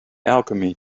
alchemy